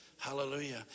Hallelujah